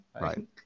Right